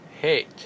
hate